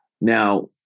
Now